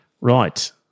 Right